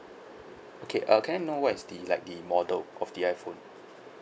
okay err can I know what is the like the model of the iphone